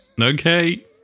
Okay